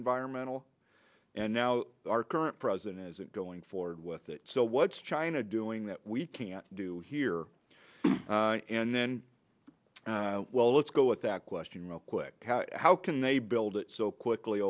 environmental and now our current president isn't going forward with it so what's china doing that we can't do here and then well let's go at that question real quick how can they build it so quickly